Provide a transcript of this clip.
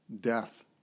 Death